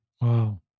Wow